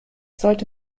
sollte